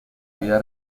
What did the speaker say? vida